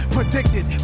Predicted